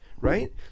right